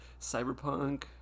Cyberpunk